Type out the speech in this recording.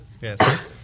Yes